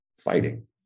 fighting